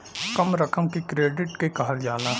कम रकम के क्रेडिट के कहल जाला